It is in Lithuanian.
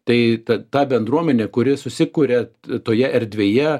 tai ta bendruomenė kuri susikuria toje erdvėje